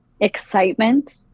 excitement